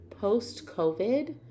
post-COVID